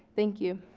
thank you.